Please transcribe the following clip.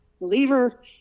believer